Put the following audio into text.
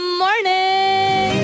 morning